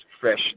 fresh